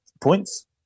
points